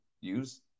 use